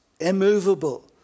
Immovable